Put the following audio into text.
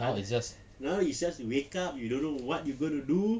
ah now is just wake up you don't know what you gonna do